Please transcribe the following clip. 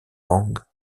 langues